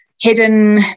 hidden